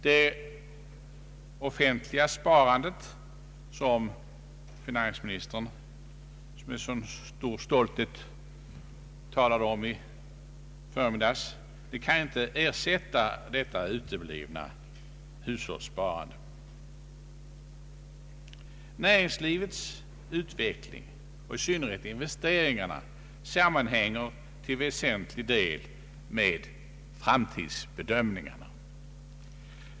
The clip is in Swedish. Det offentliga sparandet som finansministern med sådan stolthet talade om i förmiddags kan inte ersätta det uteblivna hushållssparandet. Näringslivets utveckling och i synnerhet dess investeringar sammanhänger till väsentlig del med framtidsförväntningarna.